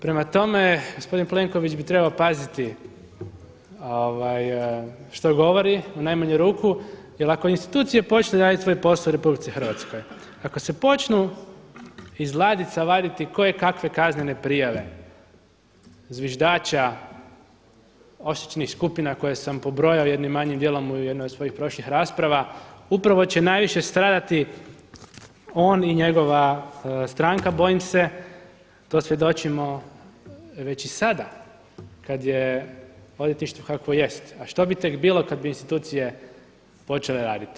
Prema tome, gospodin Plenković bi trebao paziti što govori u najmanju ruku jer ako institucije počnu raditi svoj posao u RH, ako se počnu iz ladica vaditi koje kakve kaznene prijave, zviždača, … skupina koje sam pobrojao jednim manjim djelom u jednoj od svojih prošlih rasprava, upravo će najviše stradati on i njegova stranka bojim se, to svjedočimo već i sada kada je odvjetništvo kako jest a što bi tek bilo kada bi institucije počele raditi.